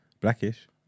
Blackish